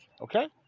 okay